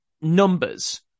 numbers